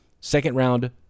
second-round